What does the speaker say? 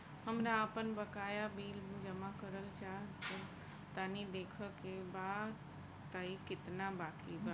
हमरा आपन बाकया बिल जमा करल चाह तनि देखऽ के बा ताई केतना बाकि बा?